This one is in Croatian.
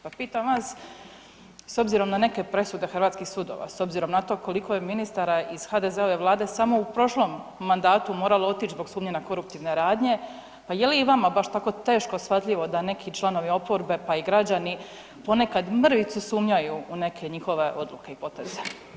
Pa pitam vas s obzirom na neke presude hrvatskih sudova, s obzirom na to koliko je ministara iz HDZ-ove Vlade samo u prošlom mandatu moralo otići zbog sumnje na koruptivne radnje, pa je li i vama baš tako teško shvatljivo da neki članovi oporbe pa i građani ponekad mrvicu sumnjaju u neke njihove odluke i poteze?